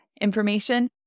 information